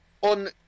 on